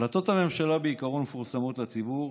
החלטות הממשלה בעיקרון מפורסמות לציבור,